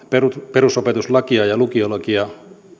perusopetuslakia ja lukiolakia